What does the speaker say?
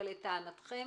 אבל לטענתכם